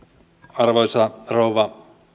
arvoisa rouva